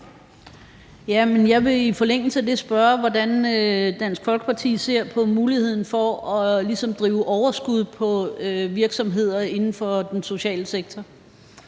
Jeg vil i forlængelse af det spørge, hvordan Dansk Folkeparti ser på muligheden for ligesom at opnå overskud på virksomheder inden for den sociale sektor.